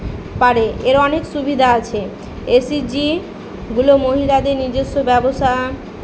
পারে এর অনেক সুবিধা আছে এসিজিগুলো মহিলাদের নিজস্ব ব্যবসা